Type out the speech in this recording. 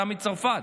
אתה מצרפת,